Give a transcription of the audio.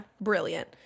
Brilliant